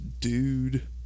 Dude